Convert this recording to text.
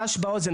רעש באוזן.